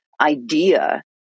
idea